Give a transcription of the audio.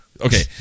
Okay